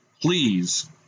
Please